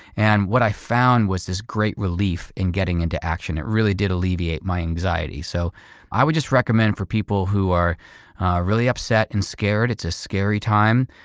and what i found was this great relief in getting into action. it really did alleviate my anxiety. so i would just recommend for people who are really upset and scared. it's a scary time.